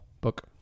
book